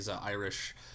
Irish